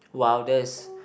!wow! that is